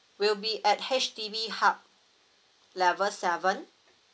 will be at H_D_B hub level seven